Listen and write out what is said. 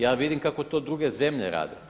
Ja vidim kako to druge zemlje rade.